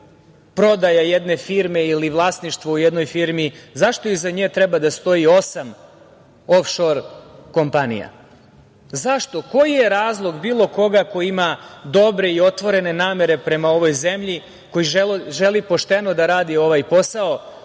prodaja jedne firme ili vlasništvo u jednoj firmi, zašto iza nje treba da stoji osam ofšor kompanija? Zašto, koji je razlog bilo koga ko ima dobre i otvorene namere prema ovoj zemlji, koji želi pošteno da radi ovaj posao,